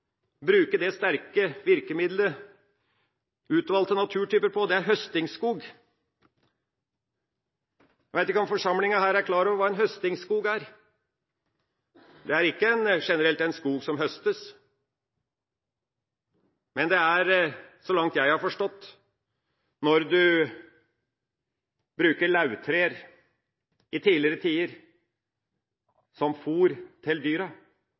bruke det sterke virkemidlet «utvalgte naturtyper» på den, og det er høstingsskog. Jeg vet ikke om forsamlinga her er klar over hva en høstingsskog er. Det er ikke generelt en skog som høstes, men det er, så langt jeg har forstått, en type lauvskog: Når man i tidligere tider brukte lauvtrær som fôr til dyra,